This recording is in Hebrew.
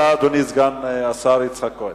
אדוני סגן השר יצחק כהן,